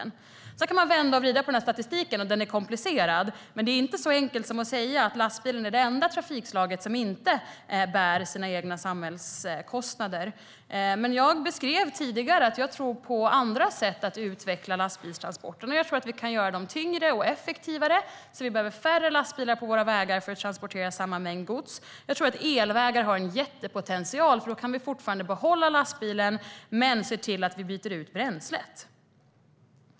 Sedan kan man vända och vrida på statistiken, som är komplicerad. Men det är inte så enkelt som att säga att lastbilen är det enda trafikslag som inte bär sina egna samhällskostnader. Jag beskrev tidigare andra sätt att utveckla lastbilstransporterna. Jag tror att man kan göra dem tyngre och effektivare så att det behövs färre lastbilar på våra vägar för att transportera samma mängd gods. Elvägar har en jättepotential, och då kan vi fortfarande behålla lastbilen samtidigt som vi ser till att bränslet byts ut.